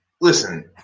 Listen